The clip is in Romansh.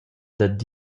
dad